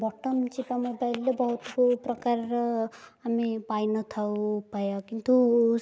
button ଚିପା ମୋବାଇଲରେ ବହୁତ ପ୍ରକାରର ଆମେ ପାଇନଥାଉ ଉପାୟ କିନ୍ତୁ